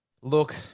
Look